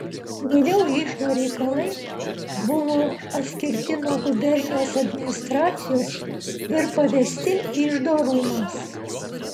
vėliau iždo reikalai buvo atskirti nuo gubernijos administracijos ir pavesti iždo rūmams